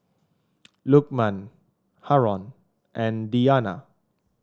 Lukman Haron and Diyana